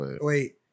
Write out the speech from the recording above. wait